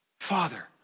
Father